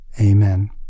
Amen